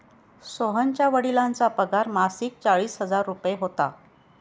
सोहनच्या वडिलांचा पगार मासिक चाळीस हजार रुपये होता